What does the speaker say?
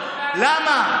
למה?